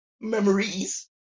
memories